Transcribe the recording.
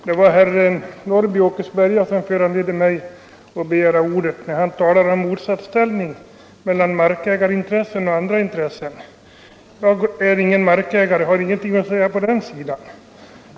Herr talman! Herr Norrby i Åkersberga föranledde mig att begära ordet när han talade om motsatsställning mellan markägarintressen och andra intressen. Jag är ingen markägare och har ingenting att säga från den sidan.